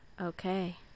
Okay